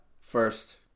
first